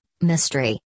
Mystery